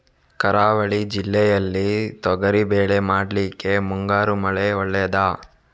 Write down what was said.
ಕರಾವಳಿ ಜಿಲ್ಲೆಯಲ್ಲಿ ತೊಗರಿಬೇಳೆ ಮಾಡ್ಲಿಕ್ಕೆ ಮುಂಗಾರು ಮಳೆ ಒಳ್ಳೆಯದ?